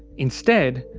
instead,